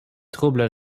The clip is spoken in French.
troubles